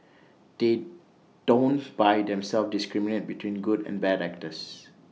they don't by themselves discriminate between good and bad actors